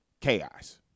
chaos